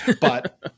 but-